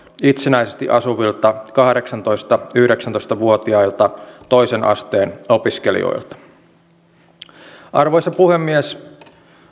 itsenäisesti asuvilta kahdeksantoista viiva yhdeksäntoista vuotiailta toisen asteen opiskelijoilta arvoisa puhemies